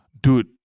Dude